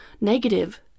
negative